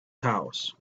house